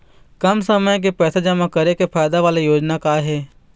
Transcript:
कम समय के पैसे जमा करे के फायदा वाला योजना का का हे?